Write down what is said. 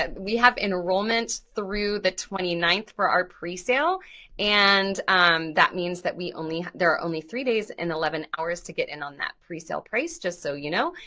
we have enrollment through the twenty ninth for our pre-sale and that means that we only, there are only three days and eleven hours to get in on that pre-sale price just so you know.